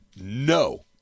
No